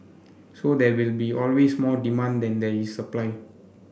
so there will be always more demand than there is supply